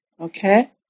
Okay